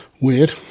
Weird